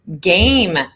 game